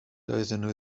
doeddwn